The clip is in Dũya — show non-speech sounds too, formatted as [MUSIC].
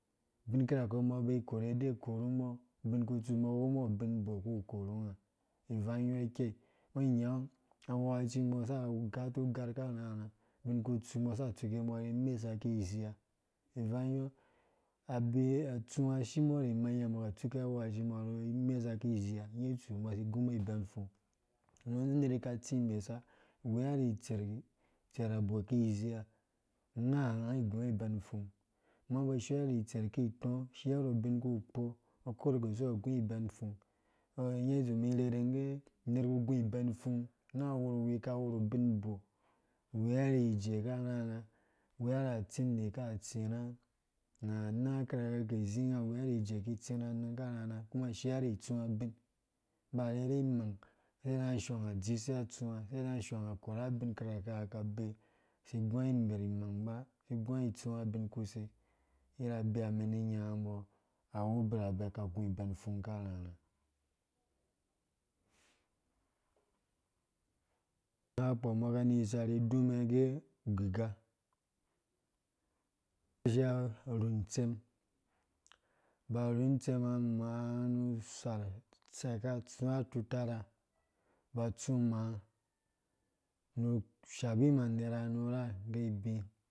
Abiu kirakɛ umbɔ aka abee ikore ai ikorumbɔ ubintsu awembɔ nu ubinba ku korango ivang yɔɔ ikɛi ungo awakacimbo saka agatu ugar karharha, ubinkutsu. umbɔ ka atsawa ashimbɔ ri imang umbɔ ka kizea ngge itsu umbɔ asi igumbɔ ibɛn upfung. nuuner wi ko tsi imesa aweari itser abo kizea unga, unga iguaibɛm upfung amma ungo uba ushiɔ ni itser kitɔ ushiɔru ubinku kpɔ ungɔ ukuro gose ungo ugù ibɛn upfong. ngge itsu umum irherhe nggɛ, uner wukuk ugu ibɛn upfung unga wurwi aka awuru ubinbo, aweari ijee ka rharha aweara atsi ndi katsí vá na anang kirakɛ unga ki zĩ, unga aweari ijee ki itsira anang karharha kuma ashia ri itsuwa bin ba arherhe imang sedei unga sɦng adhese atsuwa, seide unga ashɔng akora abin kirakɛ unga akabee si iyua imerh imang ba, si igua itsuwa imang ba, si igua itsuwa ubin kuser ivi abi ha umɛn ni nyanga umbɔ awu abirabɛ ka aguebɛn upfong karharha [UNINTELLIGIBLE] umbɔ kaniyisa gɛ ugi ga [UNINTELLIGIBLE] rhu itserm, ba urhun itsema meanusar utsɛka utsu atutara, ba utsu maa nu usha bi immaner nu urha ngge ibi